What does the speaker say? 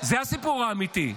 זה הסיפור האמיתי.